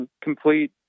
complete